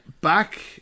Back